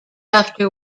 after